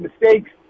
mistakes